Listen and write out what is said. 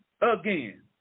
again